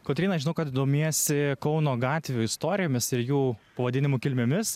kotryna žinau kad domiesi kauno gatvių istorijomis ir jų pavadinimų kilmėmis